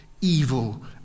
evil